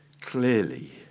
clearly